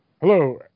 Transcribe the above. Hello